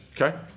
Okay